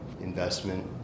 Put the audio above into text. investment